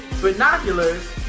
binoculars